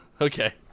Okay